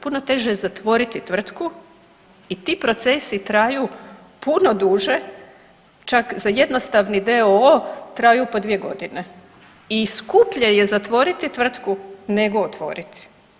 Puno teže je zatvoriti tvrtku i ti procesi traju puno duže čak za jednostavni d.o.o. traju po dvije godine i skuplje je zatvoriti tvrtku nego otvoriti.